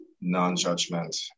non-judgment